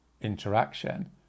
interaction